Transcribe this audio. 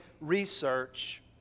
Research